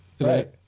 right